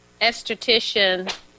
esthetician